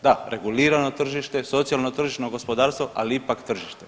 Da, regulirano tržište, socijalno tržišno gospodarstvo, ali ipak tržište.